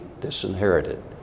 disinherited